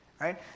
right